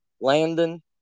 Landon